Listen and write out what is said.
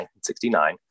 1969